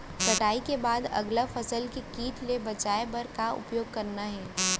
कटाई के बाद अगला फसल ले किट ले बचाए बर का उपाय करना हे?